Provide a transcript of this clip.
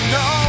no